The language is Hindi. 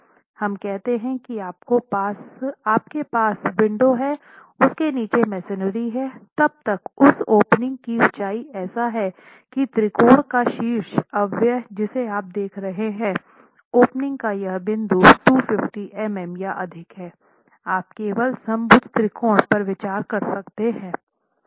हम कहते हैं कि आपके पास विंडो है उसके नीचे मेसनरी हैं तब तक उस ओपनिंग की ऊंचाई ऐसा है कि त्रिकोण का शीर्ष अव्यय जिसे आप देख रहे हैं ओपनिंग का यह बिंदु 250 मिमी या अधिक है आप केवल समभुज त्रिकोण पर विचार कर सकते हैं